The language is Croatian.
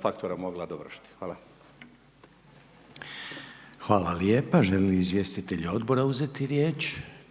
faktora mogla dovršiti. Hvala! **Reiner, Željko (HDZ)** Hvala lijepa! Želi li izvjestitelj Odbora uzeti riječ?